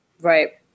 Right